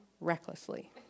recklessly